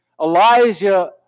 Elijah